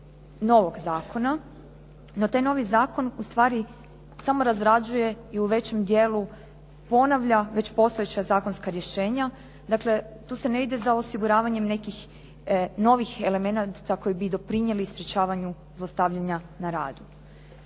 novog zakona, no taj novi zakon ustvari samo razrađuje i u većem dijelu ponavlja već postojeća zakonska rješenja. Dakle, tu se ne ide za osiguravanjem nekih novih elemenata koji bi doprinijeli sprječavanju zlostavljanja na radu.